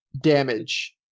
damage